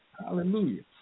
Hallelujah